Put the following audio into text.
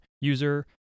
user